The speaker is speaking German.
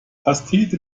pastete